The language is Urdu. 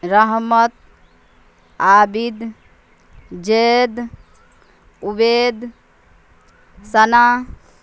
رحمت عابد زید عبید ثنا